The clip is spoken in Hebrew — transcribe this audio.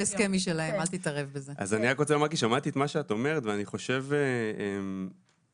כל הסיפור של חושפי שחיתות, אנחנו מלווים את הנושא